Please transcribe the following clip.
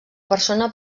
persona